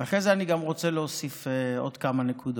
ואחרי זה אני גם רוצה להוסיף עוד כמה נקודות.